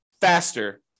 faster